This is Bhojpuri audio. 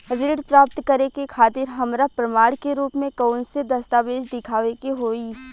ऋण प्राप्त करे के खातिर हमरा प्रमाण के रूप में कउन से दस्तावेज़ दिखावे के होइ?